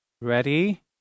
Ready